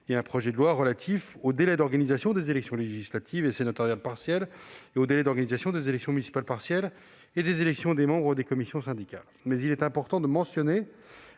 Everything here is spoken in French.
et d'un projet de loi relatifs aux délais d'organisation des élections législatives et sénatoriales partielles, et aux délais d'organisation des élections municipales partielles et des élections des membres des commissions syndicales. Il est important de mentionner